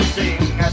sing